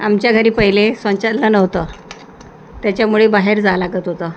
आमच्या घरी पहिले शौचालय नव्हतं त्याच्यामुळे बाहेर जावं लागत होतं